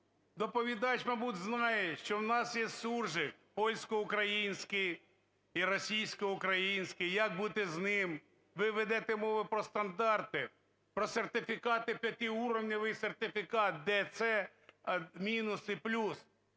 Доповідач, мабуть, знає, що в нас є суржик польсько-український і російсько-український. Як бути з ним? Ви ведете мови про стандарти, про сертифікати, п'ятиуровнєвий сертифікат, ………, мінус і плюс.